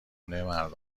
مردم